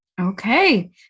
Okay